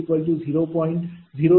0040